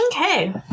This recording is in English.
Okay